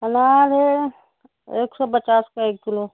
انار ایک سو پچاس کا ایک کیلو